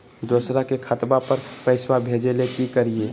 दोसर के खतवा पर पैसवा भेजे ले कि करिए?